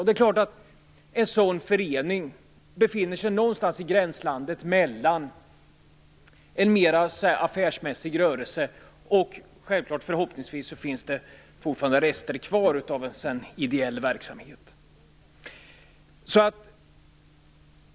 Det är klart att en sådan förening befinner sig någonstans i gränslandet mellan en mera affärsmässig rörelse och - som det förhoppningsvis fortfarande finns rester av - en mera ideell verksamhet.